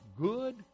good